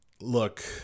look